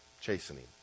chastening